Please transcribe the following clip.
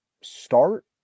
start